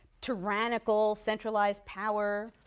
tyrannical centralized power,